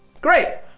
Great